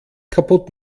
kaputt